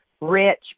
Rich